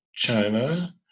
China